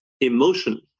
emotion